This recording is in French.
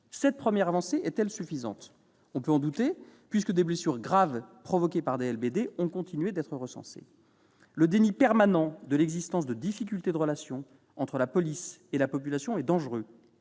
Cette première avancée est-elle suffisante ? On peut en douter, puisque des blessures graves provoquées par des LBD ont continué d'être recensées. Le déni permanent de l'existence de difficultés de relations entre la police et la population est dangereux.